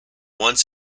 once